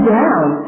down